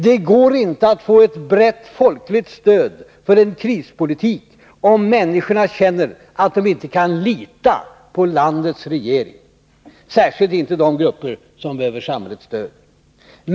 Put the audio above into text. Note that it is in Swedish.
Det går inte att få ett brett folkligt stöd för en krispolitik om människorna känner att de inte kan lita på landets regering — särskilt inte de grupper som behöver samhällets stöd.